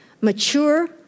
mature